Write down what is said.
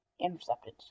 Intercepted